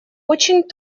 очень